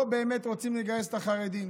לא באמת רוצים לגייס את החרדים